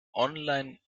online